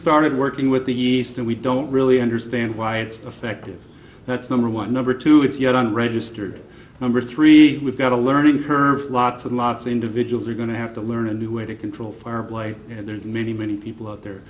started working with the yeast and we don't really understand why it's affected that's number one number two it's yet unregistered number three we've got a learning curve lots and lots individuals are going to have to learn a new way to control for blight and there's many many people out there